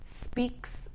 speaks